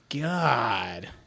God